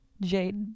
Jade